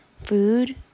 food